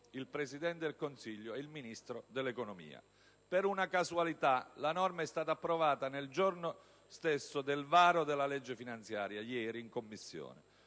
il Presidente del Consiglio e il Ministro dell'economia. Per una casualità, la norma è stata approvata nel giorno stesso del varo della legge finanziaria, ieri, in Consiglio